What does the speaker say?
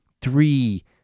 three